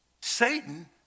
Satan